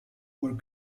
where